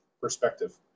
perspective